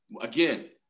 again